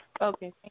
Okay